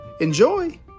Enjoy